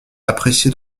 apprécié